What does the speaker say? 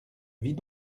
vit